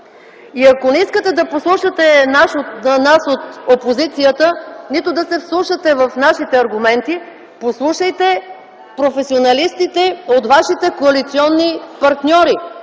Ако не искате да послушате нас от опозицията, нито да се вслушате в нашите аргументи, послушайте професионалистите от вашите коалиционни партньори